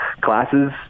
classes